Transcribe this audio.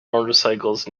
motorcycles